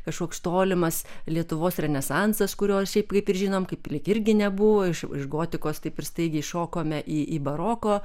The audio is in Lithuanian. kažkoks tolimas lietuvos renesansas kurio šiaip kaip ir žinom kaip lyg irgi nebuvo iš iš gotikos taip ir staigiai šokome į į baroko